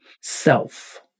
self